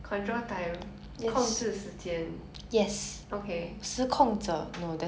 control time 控制时间 okay